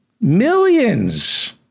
Millions